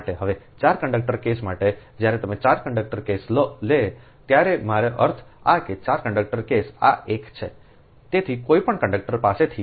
હવે 4 conductor case માટે જ્યારે તમે 4 કંડક્ટર કેસ લે ત્યારે મારો અર્થ આ એક 4 કંડક્ટર કેસ આ એક છેતેથી કોઈપણ કંડક્ટર પાસેથી જ